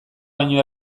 baino